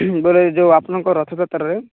ବେଲେ ଯେଉଁ ଆପଣଙ୍କ ରଥଯାତ୍ରାରେ